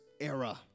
era